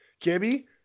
Gibby